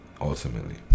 ultimately